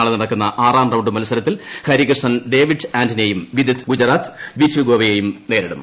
നാളെ നടക്കുന്ന ആറാം റൌണ്ട് മത്സരത്തിൽ ഫെരികൃഷ്ണൻ ഡേവിഡ് ആന്റനെയും വിദിത് ഗുജറാത്തി ഏറ്റ്യൂഗോവയെയും നേരിടും